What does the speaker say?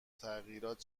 تغییرات